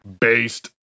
Based